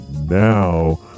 now